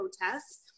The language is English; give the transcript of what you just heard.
protests